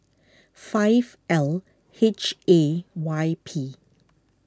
five L H A Y P